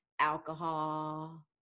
alcohol